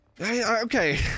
okay